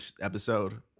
episode